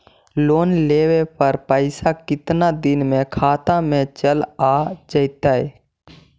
Loan लेब पर पैसा कितना दिन में खाता में चल आ जैताई?